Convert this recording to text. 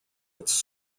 its